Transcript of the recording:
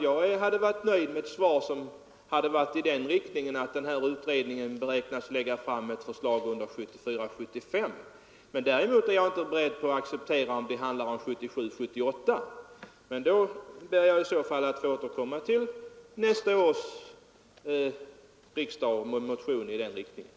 Jag hade varit nöjd med ett svar som gick ut på att förslag kan läggas fram under 1974 eller 1975. Däremot är jag inte beredd att acceptera att det dröjer fram till 1977 eller 1978. Jag ber i så fall att få återkomma till nästa års riksdag med en ny motion i ärendet.